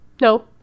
no